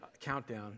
countdown